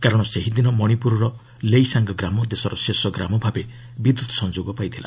କାରଣ ସେହି ଦିନ ମଣିପୁରର ଲେଇସାଙ୍ଗ୍ ଗ୍ରାମ ଦେଶର ଶେଷ ଗ୍ରାମ ଭାବେ ବିଦ୍ୟୁତ୍ ସଂଯୋଗ ପାଇଥିଲା